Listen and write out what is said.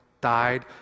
died